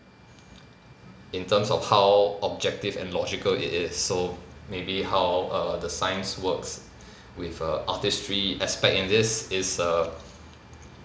in terms of how objective and logical it is so maybe how err the science works with err artistry aspect in this is err